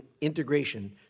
integration